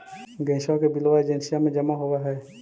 गैसवा के बिलवा एजेंसिया मे जमा होव है?